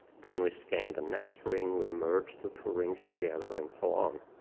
then we so can the next ring. we merge the two rings together, and so on,